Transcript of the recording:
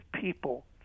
people